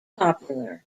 popular